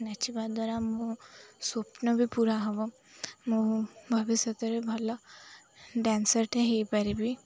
ନାଚିବା ଦ୍ୱାରା ମୋ ସ୍ୱପ୍ନ ବି ପୁରା ହବ ମୁଁ ଭବିଷ୍ୟତରେ ଭଲ ଡ୍ୟାନ୍ସର୍ଟେ ହେଇପାରିବି